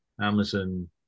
Amazon